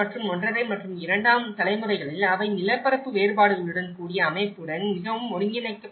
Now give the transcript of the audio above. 5 மற்றும் இரண்டாம் தலைமுறைகளில் அவை நிலப்பரப்பு வேறுபாடுகளுடன் கூடிய அமைப்புடன் மிகவும் ஒருங்கிணைக்கப்பட்டுள்ளன